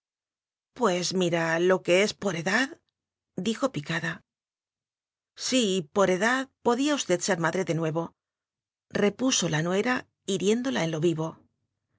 pues mira lo que es por edad dijo picada sí por edad podía usted ser madre de nuevorepuso la nuera hiriéndola en lo vivo